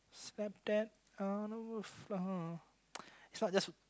slap that all on the floor it's not just